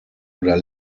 oder